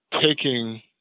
taking